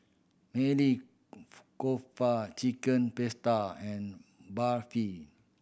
Maili Kofta Chicken Pasta and Barfi